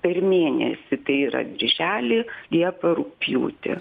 per mėnesį tai yra birželį liepą rugpjūtį